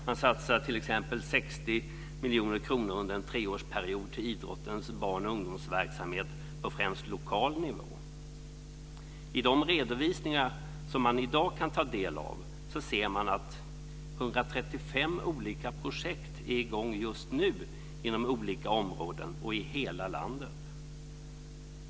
Man satsar t.ex. 60 miljoner kronor under en treårsperiod på idrottens barn och ungdomsverksamhet på främst lokal nivå. I de redovisningar man i dag kan ta del av ser man att 135 olika projekt är i gång just nu inom olika områden och i hela landet.